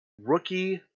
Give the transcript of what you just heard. rookie